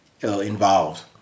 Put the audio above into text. involved